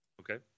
Okay